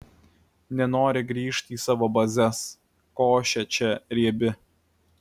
nenori grįžt į savo bazes košė čia riebi